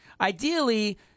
Ideally